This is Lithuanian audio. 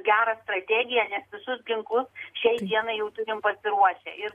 gerą strategiją nes visus ginklus šiai dienai jau turim pasiruošę ir